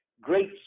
great